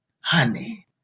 honey